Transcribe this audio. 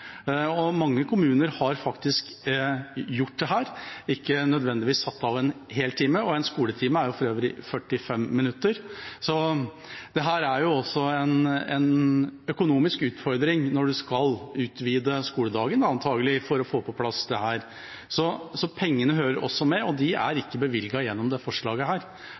at mange kommuner faktisk har gjort dette. De har ikke nødvendigvis satt av en hel time, og en skoletime er for øvrig 45 minutter. Dette er også en økonomisk utfordring når en – antagelig – skal utvide skoledagen for å få dette på plass. Pengene hører også med, og de er ikke bevilget gjennom dette forslaget.